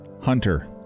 Hunter